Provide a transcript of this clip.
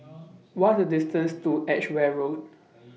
What IS The distance to Edgeware Road